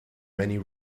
many